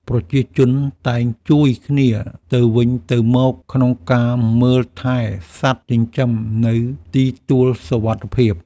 ប្រជាជនតែងជួយគ្នាទៅវិញទៅមកក្នុងការមើលថែសត្វចិញ្ចឹមនៅទីទួលសុវត្ថិភាព។